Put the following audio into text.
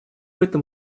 этом